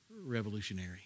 revolutionary